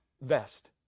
vest